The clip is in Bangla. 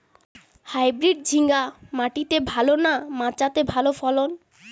হাইব্রিড ঝিঙ্গা মাটিতে ভালো না মাচাতে ভালো ফলন?